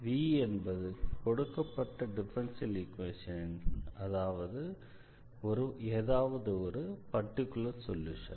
v என்பது கொடுக்கப்பட்ட differential ஈக்வேஷனின் ஏதாவது ஒரு பர்டிகுலர் சொல்யூஷன்